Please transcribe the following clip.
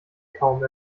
kaum